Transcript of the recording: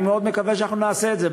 אני מאוד מקווה שאנחנו נעשה את זה.